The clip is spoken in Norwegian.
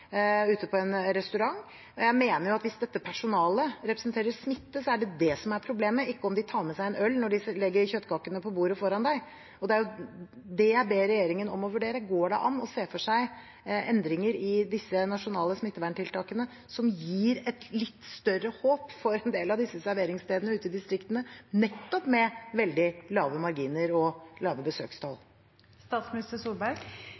ute på en restaurant. Jeg mener at hvis dette personalet representerer smitte, er det det som er problemet, ikke om de tar med seg en øl når de legger kjøttkakene på bordet foran deg. Det er det jeg ber regjeringen om å vurdere. Går det an å se for seg endringer i de nasjonale smitteverntiltakene som gir et litt større håp for en del av serveringsstedene ute i distriktene med veldig lave marginer og lave